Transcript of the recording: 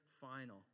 final